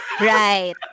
Right